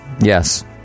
Yes